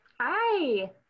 Hi